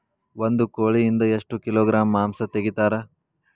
ಒಂದು ಕೋಳಿಯಿಂದ ಎಷ್ಟು ಕಿಲೋಗ್ರಾಂ ಮಾಂಸ ತೆಗಿತಾರ?